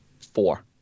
Four